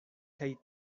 kaj